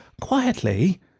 quietly